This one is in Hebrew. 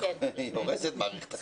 היא הורסת את מערכת החינוך.